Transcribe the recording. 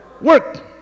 Work